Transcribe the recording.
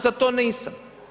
za to nisam.